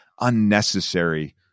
unnecessary